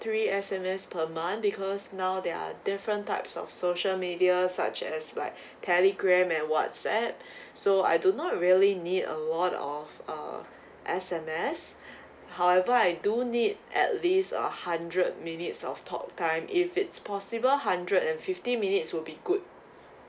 three S_M_S per month because now there are different types of social media such as like telegram and whatsapp so I do not really need a lot of uh S_M_S however I do need at least a hundred minutes of talk time if it's possible hundred and fifty minutes will be good